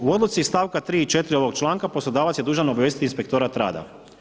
U odluci iz stavka 3. i 4. ovog članka poslodavac je dužan obavijestiti inspektorat rada.